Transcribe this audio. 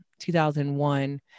2001